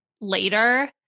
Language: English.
later